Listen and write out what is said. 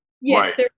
Yes